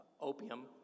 opium